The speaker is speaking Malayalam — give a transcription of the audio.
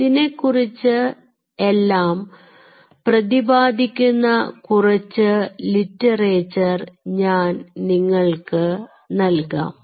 ഇതിനെക്കുറിച്ച് എല്ലാം പ്രതിപാദിക്കുന്ന കുറച്ച് ലിറ്ററേച്ചർ ഞാൻ നിങ്ങൾക്ക് നൽകാം